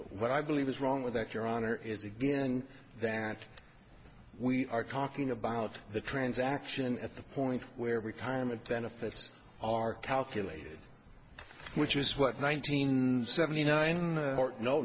what i believe is wrong with that your honor is again than we are talking about the transaction at the point where we kind of benefits are calculated which is what nineteen seventy nine